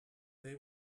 they